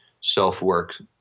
self-work